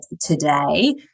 today